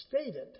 stated